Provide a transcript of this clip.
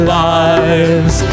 lives